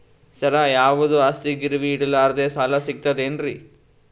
ಸರ, ಯಾವುದು ಆಸ್ತಿ ಗಿರವಿ ಇಡಲಾರದೆ ಸಾಲಾ ಸಿಗ್ತದೇನ್ರಿ?